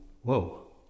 Whoa